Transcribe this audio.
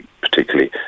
particularly